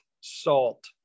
salt